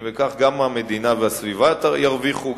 כך גם המדינה והסביבה ירוויחו,